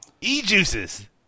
E-juices